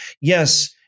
yes